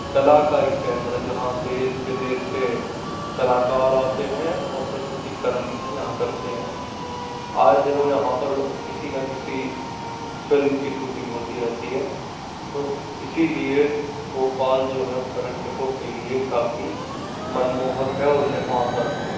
कला का एक केंद्र जहाँ देश विदेश से कलाकार आते हैं और प्रस्तुतीकरण यहाँ करते हैं आए दिनों यहाँ पर किसी ना किसी फ़िल्म की सूटिंग होती रहती है तो इसी लिए भोपाल जो है पर्यटकों के लिए काफ़ी मनमोहक है और उन्हें भाता है